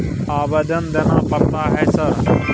आवेदन देना पड़ता है सर?